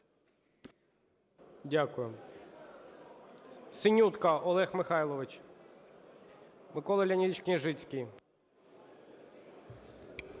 Дякую.